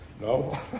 No